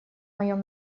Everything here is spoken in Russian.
моем